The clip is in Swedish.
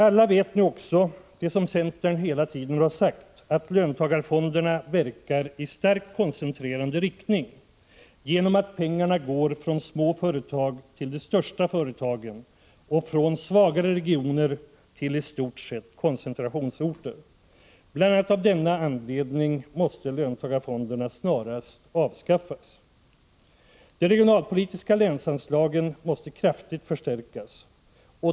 Alla vet nu också det som centern hela tiden har sagt, att löntagarfonderna verkar i starkt koncentrerande riktning genom att pengarna går från småföretag till de största företagen och från svagare regioner till i stort sett koncentrationsorter. Bl.a. av denna anledning måste löntagarfonderna snarast avskaffas. De regionalpolitiska länsanslagen måste kraftigt förstärkas.